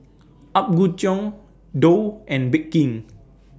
Apgujeong Doux and Bake King